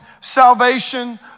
salvation